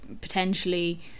potentially